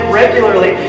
regularly